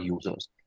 users